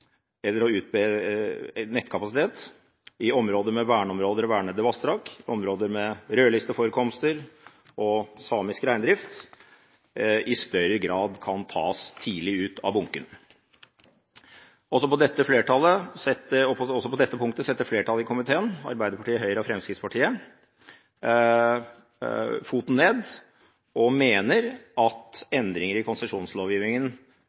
områder med verneområder og vernede vassdrag, områder med rødlisteforekomster og samisk reindrift, i større grad kan tas tidlig ut av bunken. Også på dette punktet setter flertallet i komiteen, Arbeiderpartiet, Høyre og Fremskrittspartiet, foten ned, og mener at endringer i konsesjonslovgivningen